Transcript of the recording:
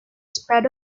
spread